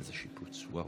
פגענו באמון